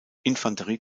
infanterie